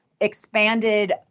expanded